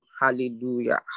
Hallelujah